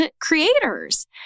creators